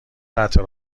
قطع